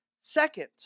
second